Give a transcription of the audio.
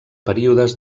períodes